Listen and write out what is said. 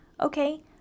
Okay